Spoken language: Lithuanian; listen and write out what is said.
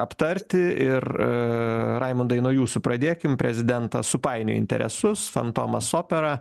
aptarti ir raimundai nuo jūsų pradėkim prezidentas supainiojo interesus fantomas opera